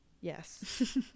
yes